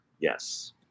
yes